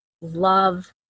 love